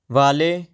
ਵਾਲੇ